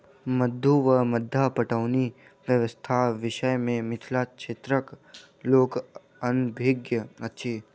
मद्दु वा मद्दा पटौनी व्यवस्थाक विषय मे मिथिला क्षेत्रक लोक अनभिज्ञ अछि